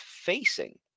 facing